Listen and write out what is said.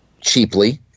cheaply